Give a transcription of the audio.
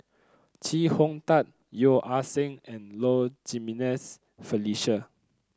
Chee Hong Tat Yeo Ah Seng and Low Jimenez Felicia